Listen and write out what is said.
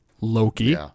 Loki